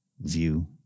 view